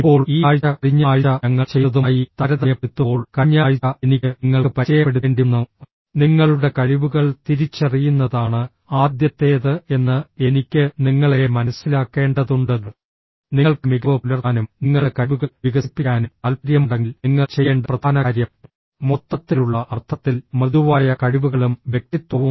ഇപ്പോൾ ഈ ആഴ്ച കഴിഞ്ഞ ആഴ്ച ഞങ്ങൾ ചെയ്തതുമായി താരതമ്യപ്പെടുത്തുമ്പോൾ കഴിഞ്ഞ ആഴ്ച എനിക്ക് നിങ്ങൾക്ക് പരിചയപ്പെടുത്തേണ്ടിവന്നു നിങ്ങളുടെ കഴിവുകൾ തിരിച്ചറിയുന്നതാണ് ആദ്യത്തേത് എന്ന് എനിക്ക് നിങ്ങളെ മനസ്സിലാക്കേണ്ടതുണ്ട് നിങ്ങൾക്ക് മികവ് പുലർത്താനും നിങ്ങളുടെ കഴിവുകൾ വികസിപ്പിക്കാനും താൽപ്പര്യമുണ്ടെങ്കിൽ നിങ്ങൾ ചെയ്യേണ്ട പ്രധാന കാര്യം മൊത്തത്തിലുള്ള അർത്ഥത്തിൽ മൃദുവായ കഴിവുകളും വ്യക്തിത്വവും